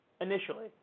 initially